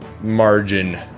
margin